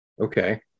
okay